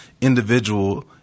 individual